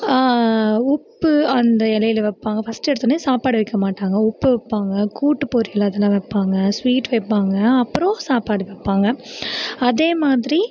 உப்பு அந்த இலையில் வைப்பாங்க ஃபர்ஸ்ட்டு எடுத்தோடன்னே சாப்பாடு வைக்க மாட்டாங்கள் உப்பு வைப்பாங்க கூட்டு பொரியல் அதில் வைப்பாங்க ஸ்வீட் வைப்பாங்க அப்புறம் சாப்பாடு வைப்பாங்க அதே மாதிரி